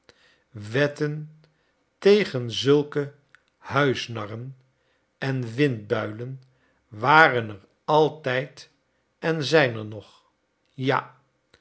wetten tegen zulke huisnarren en windbuilen waren er altijd en zijn er nog ja